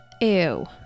Ew